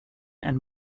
and